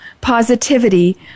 positivity